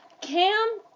Cam